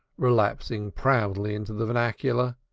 relapsing proudly into the vernacular,